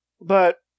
but-